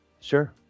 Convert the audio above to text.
Sure